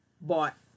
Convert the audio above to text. bought